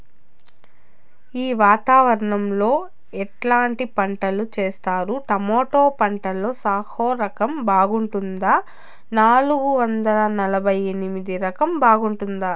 ఈ వాతావరణం లో ఎట్లాంటి పంటలు చేస్తారు? టొమాటో పంటలో సాహో రకం బాగుంటుందా నాలుగు వందల నలభై ఎనిమిది రకం బాగుంటుందా?